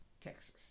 Texas